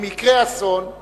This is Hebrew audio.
אם יקרה אסון,